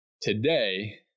today